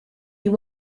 you